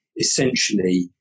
Essentially